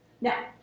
Now